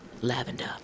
Lavender